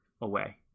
away